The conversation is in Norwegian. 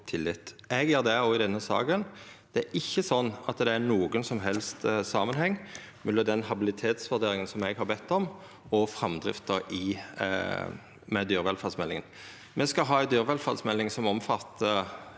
Eg gjer det òg i denne saka: Det er ikkje slik at det er nokon som helst samanheng mellom den habilitetsvurderinga eg har bedt om, og framdrifta med dyrevelferdsmeldinga. Me skal ha ei dyrevelferdsmelding som omfattar